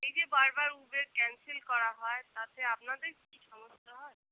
এই যে বারবার উবের ক্যানসেল করা হয় তাতে আপনাদের কি সমস্যা হয়